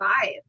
five